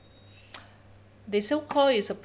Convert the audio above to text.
they so call it's a